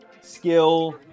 skill